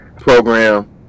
program